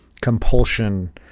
compulsion